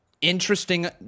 interesting